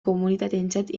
komunitateentzat